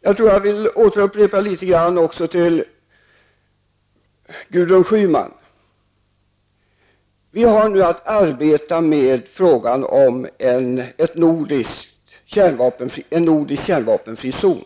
Låt mig för Gudrun Schyman upprepa något av det jag sade tidigare. Vi har nu att arbeta med frågan om en nordisk kärnvapenfri zon.